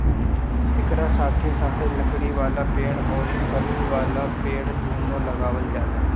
एकरा साथे साथे लकड़ी वाला पेड़ अउरी फल वाला पेड़ दूनो लगावल जाला